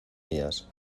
mías